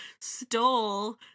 stole